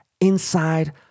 inside